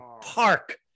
park